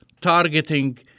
targeting